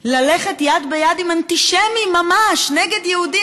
ללכת יד ביד עם אנטישמים ממש, נגד יהודים?